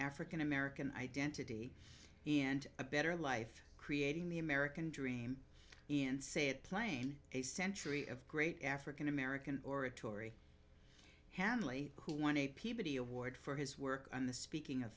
african american identity and a better life creating the american dream in say it plain a century of great african american oratory hanley who won a peabody award for his work on the speaking of